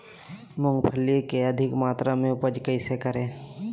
मूंगफली के अधिक मात्रा मे उपज कैसे करें?